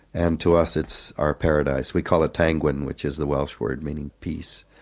and to us it's our paradise, we call it tangwyn, which is the welsh word meaning peace.